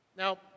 Now